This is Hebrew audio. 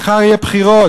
מחר יהיו בחירות.